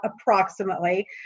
approximately